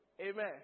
amen